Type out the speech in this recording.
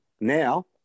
Now